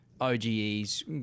OGE's